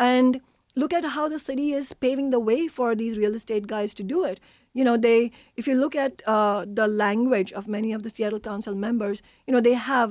and look at how the city is paving the way for these real estate guys to do it you know they if you look at the language of many of the seattle council members you know they have